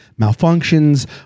malfunctions